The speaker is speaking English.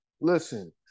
listen